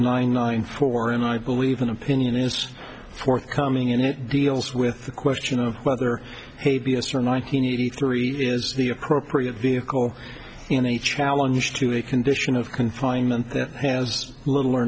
nine nine four and i believe in opinion it was for coming in it deals with the question of whether a b s or nine hundred eighty three is the appropriate vehicle in a challenge to a condition of confinement that has little or